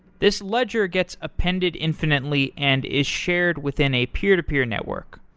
this ledger gets appended infinitely and is shared within a peer-to-peer network.